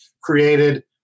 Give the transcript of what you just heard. created